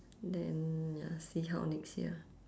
then ya see how next year